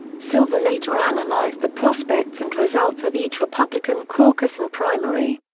silver later analyzed the prospects and results of each republican caucus and primary.